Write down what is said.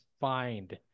find